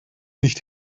nicht